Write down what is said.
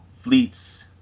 fleets